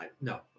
No